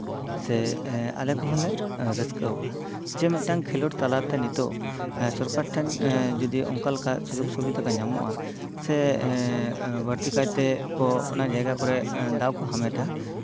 ᱥᱮ ᱟᱞᱮ ᱠᱚᱦᱚᱸ ᱞᱮ ᱨᱟᱹᱥᱠᱟᱹᱣᱚᱜᱼᱟ ᱡᱮ ᱢᱤᱫᱴᱟᱝ ᱠᱷᱮᱞᱳᱰ ᱛᱟᱞᱟᱛᱮ ᱱᱤᱛᱚᱜ ᱥᱚᱨᱠᱟᱨ ᱴᱷᱮᱱ ᱡᱩᱫᱤ ᱚᱱᱠᱟ ᱞᱮᱠᱟ ᱥᱩᱡᱳᱜ ᱥᱩᱵᱤᱫᱷᱟ ᱠᱚ ᱧᱟᱢᱚᱜᱼᱟ ᱥᱮ ᱵᱟ ᱲᱛᱤ ᱠᱟᱭᱛᱮ ᱠᱚ ᱚᱱᱟ ᱡᱟᱭᱜᱟ ᱠᱚᱨᱮᱜ ᱫᱟᱣ ᱠᱚ ᱦᱟᱢᱮᱴᱟ